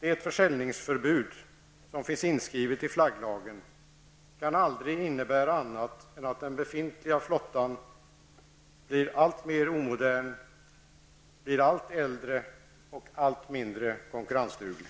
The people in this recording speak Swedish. Det försäljningsförbud som finns inskrivet i flagglagen kan aldrig innebära annat än att den befintliga flottan blir alltmer omodern, allt äldre och allt mindre konkurrensduglig.